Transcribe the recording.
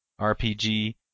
RPG